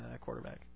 quarterback